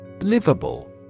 Livable